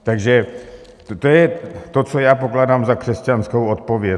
Takže to je to, co já pokládám za křesťanskou odpověď.